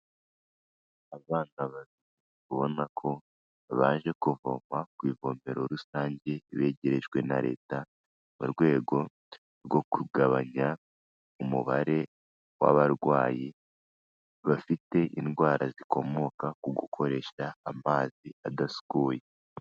Abana babiri ubona ko baje kuvoma ku ivumero rusange begerejwe na leta mu rwego rwo kugabanya umubare w'abarwayi bafite indwara zikomoka ku gukoresha amazi adasukuye.